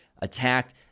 attacked